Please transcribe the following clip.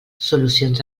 solucions